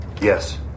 yes